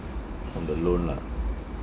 from the loan lah